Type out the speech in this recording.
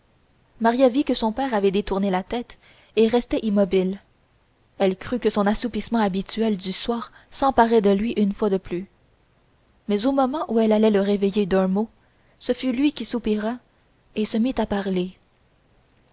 maria vit que son père avait détourné la tête et restait immobile elle crut que son assoupissement habituel du soir s'emparait de lui une fois de plus mais au moment où elle allait le réveiller d'un mot ce fut lui qui soupira et se mit à parler